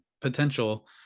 potential